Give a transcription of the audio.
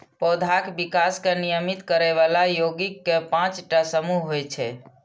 पौधाक विकास कें नियमित करै बला यौगिक के पांच टा समूह होइ छै